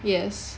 yes